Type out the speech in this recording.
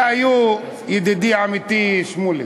היה היה, ידידי-עמיתי שמולי.